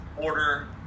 Order